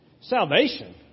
Salvation